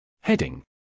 Heading